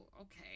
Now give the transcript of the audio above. okay